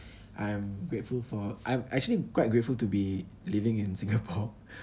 I'm grateful for I'm actually quite grateful to be living in Singapore